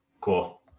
cool